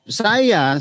saya